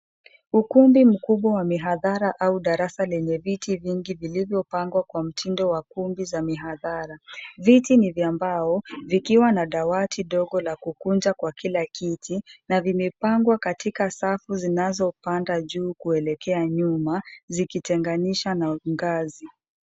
Ukumbi mkubwa wa mihadhara au darasa lenye viti vingi vilivyo pangwa kwa mtindo wa kundi za mihadhara. Viti ni vya mbao vikiwa na dawati ndogo la kukunja kwa kila kiti na vimepangwa katika safu zinazopanda juu kuelekea nyuma, zikitenganisha na ngazi.